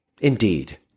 Indeed